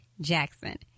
Jackson